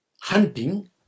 hunting